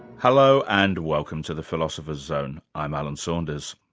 hello, and welcome to the philosopher's zone. i'm alan saunders.